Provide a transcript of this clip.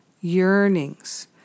yearnings